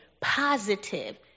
positive